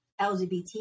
LGBT